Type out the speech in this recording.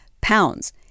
pounds